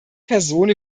person